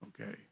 okay